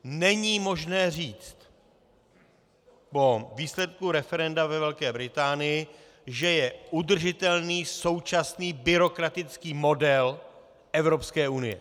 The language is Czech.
Není možné říct po výsledku referenda ve Velké Británii, že je udržitelný současný byrokratický model Evropské unie.